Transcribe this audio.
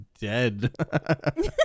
dead